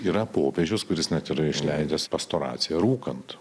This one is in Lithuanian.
yra popiežius kuris net yra išleidęs pastoraciją rūkant